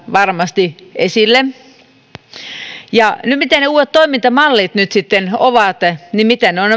varmasti esille ja mitä ne uudet toimintamallit nyt sitten ovat miten on